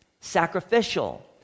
sacrificial